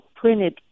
printed